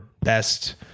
best